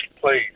please